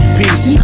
peace